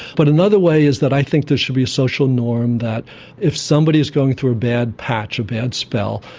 but another way is that i think there should be a social norm that if somebody is going through a bad patch, a bad spell,